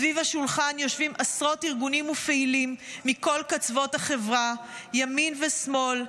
סביב השולחן יושבים עשרות ארגונים ופעילים מכל קצוות החברה ימין ושמאל,